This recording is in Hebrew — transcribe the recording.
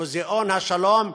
מוזיאון השלום,